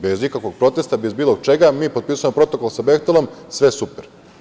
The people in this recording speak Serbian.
Bez ikakvog protesta, bez bilo čega, mi potpisujemo protokol sa „Behtelom“, sve super.